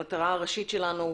המטרה הראשית שלנו,